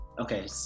okay